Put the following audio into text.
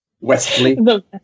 Wesley